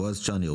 בועז צ'אני,